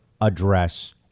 address